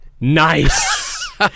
Nice